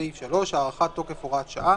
סעיף 3. הארכת תוקף הוראת שעה.